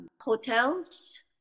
hotels